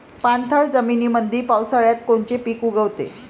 पाणथळ जमीनीमंदी पावसाळ्यात कोनचे पिक उगवते?